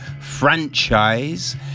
franchise